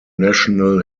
national